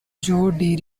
joe